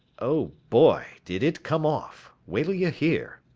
oh boy, did it come off. wait'll you hear.